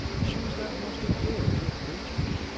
she was that most adorable of creatures,